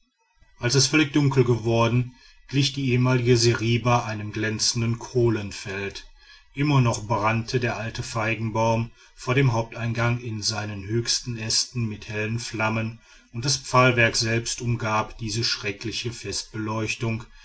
als es völlig dunkel geworden glich die ehemalige seriba einem glänzenden kohlenfeld immer noch brannte der alte feigenbaum vor dem haupteingang in seinen höchsten ästen mit heller flamme und das pfahlwerk selbst umgab diese schreckliche